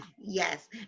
yes